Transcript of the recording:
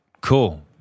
cool